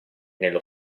nello